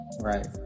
Right